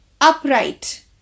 Upright